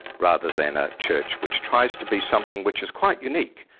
rather than a church which tries to be something which is quite unique,